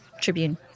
Tribune